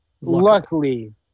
Luckily